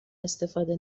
استفاده